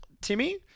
Timmy